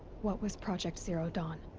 what was project zero dawn?